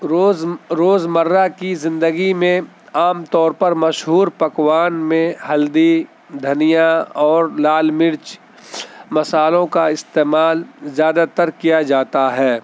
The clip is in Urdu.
روز روزمرہ کی زندگی میں عام طور پر مشہور پکوان میں ہلدی دھنیا اور لال مرچ مصالحوں کا استعمال زیادہ تر کیا جاتا ہے